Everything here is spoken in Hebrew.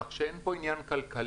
כך שאין פה עניין כלכלי.